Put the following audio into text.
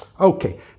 okay